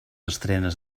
estrenes